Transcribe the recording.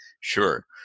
Sure